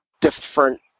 different